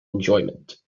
enjoyment